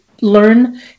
learn